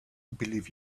believe